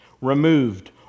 removed